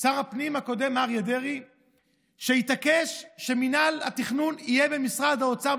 שר הפנים הקודם אריה דרעי התעקש שמינהל התכנון יהיה במשרד האוצר,